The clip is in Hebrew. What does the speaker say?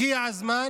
הגיע הזמן